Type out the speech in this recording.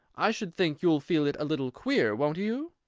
i should think you'll feel it a little queer, won't you?